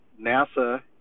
NASA